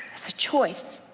it's a choice,